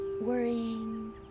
worrying